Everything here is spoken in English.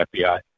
fbi